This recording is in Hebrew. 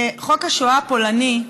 חוק השואה הפולני,